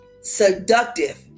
seductive